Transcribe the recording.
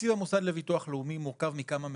תקציב המוסד לביטוח לאומי מורכב מכמה מקורות,